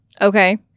Okay